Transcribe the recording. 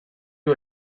you